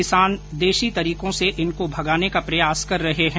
किसान देसी तरीकों से इनको भगाने का प्रयास कर रहे है